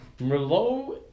Merlot